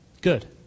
Good